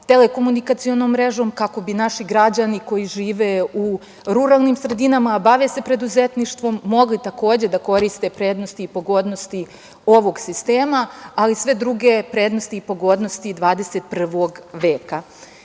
telekomunikacionom mrežom kako bi naši građani koji žive u ruralnim sredinama, a bave se preduzetništvom mogli takođe da koristi prednosti, pogodnosti ovog sistema, ali i sve druge prednosti i pogodnosti 21.